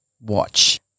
watch